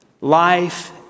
life